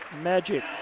magic